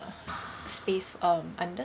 space um under